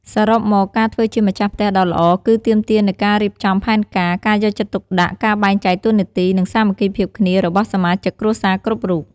សរុបមក ការធ្វើជាម្ចាស់ផ្ទះដ៏ល្អ គឺទាមទារនូវការរៀបចំផែនការ ការយកចិត្តទុកដាក់ ការបែងចែកតួនាទី និងសាមគ្គីភាពគ្នារបស់សមាជិកគ្រួសារគ្រប់រូប។